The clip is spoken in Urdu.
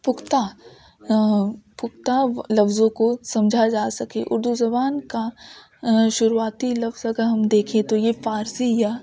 پختہ پختہ لفظوں کو سمجھا جا سکے اردو زبان کا شروعاتی لفظ اگر ہم دیکھیں تو یہ فارسی یا